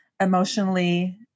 emotionally